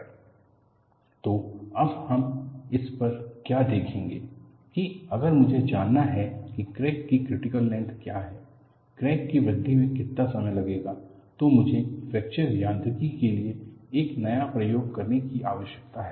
new test for fracture mechanics तो अब हम इस पर क्या देखेंगे की अगर मुझे जानना है की क्रैक की क्रिटिकल लेंथ क्या है क्रैक कि वृद्धि में कितना समय लगेगा तो मुझे फ्रैक्चर यांत्रिकी के लिए एक नया प्रयोग करने की आवश्यकता है